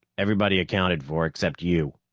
everybody accounted for except you.